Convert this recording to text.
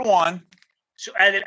one